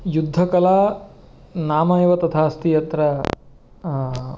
युद्धकला नाम एव तथा अस्ति यत्र